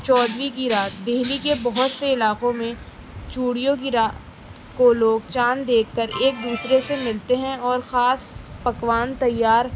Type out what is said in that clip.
چودہویں کی رات دہلی کے بہت سے علاقوں میں چوریوں کی رات کو لوگ چاند دیکھ کر ایک دوسرے سے ملتے ہیں اور خاص پکوان تیار